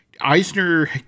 Eisner